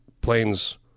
planes